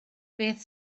beth